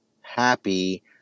happy